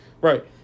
Right